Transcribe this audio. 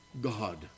God